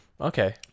Okay